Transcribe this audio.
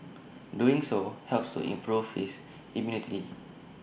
doing so helps to improve his immunity